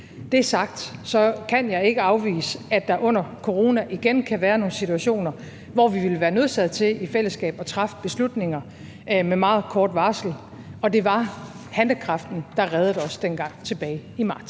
er sagt, kan jeg ikke afvise, at der under corona igen vil komme nogle situationer, hvor vi ville være nødsaget til i fællesskab at træffe beslutninger med meget kort varsel, og det var handlekraften, der reddede os dengang tilbage i marts.